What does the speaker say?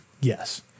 Yes